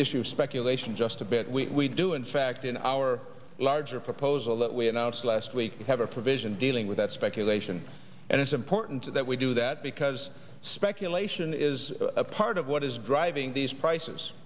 issue of speculation just a bit we do in fact in our larger proposal that we announced last week have a provision dealing with that speculation and it's important that we do that because speculation is a part of what is driving these price